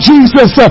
Jesus